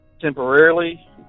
temporarily